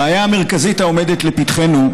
הבעיה המרכזית העומדת לפתחנו,